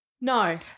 No